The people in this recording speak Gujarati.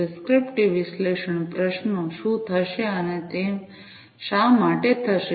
પ્રિસ્ક્રિપ્ટિવ વિશ્લેષણ પ્રશ્નો શું થશે અને તે શા માટે થશે